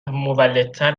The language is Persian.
مولدتر